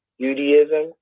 Judaism